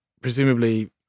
presumably